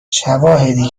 شواهدی